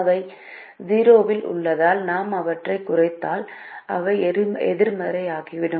அவை 0 இல் உள்ளதால் நாம் அவற்றைக் குறைத்தால் அவை எதிர்மறையாகிவிடும்